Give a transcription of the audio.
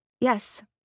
Yes